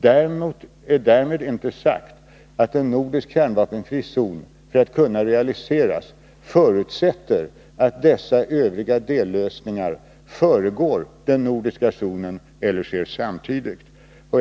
Därmed är dock inte sagt att realiserandet av en nordisk kärnvapenfri zon förutsätter att dessa övriga dellösningar föregår den nordiska zonen eller kommer till stånd samtidigt.